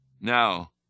Now